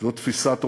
זו תפיסת עולם.